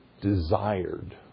desired